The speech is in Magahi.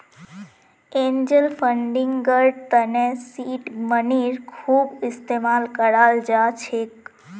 एंजल फंडिंगर तने सीड मनीर खूब इस्तमाल कराल जा छेक